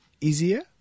easier